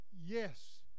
Yes